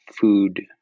food